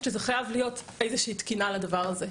שחייבת להיות איזושהי תקינה לדבר הזה.